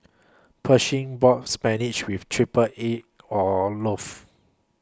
Pershing bought Spinach with Triple Egg Olaf